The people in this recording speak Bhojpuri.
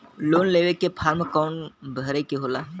लोन लेवे के फार्म कौन भरे के होला?